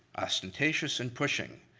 ostentatious and pushing.